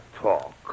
talk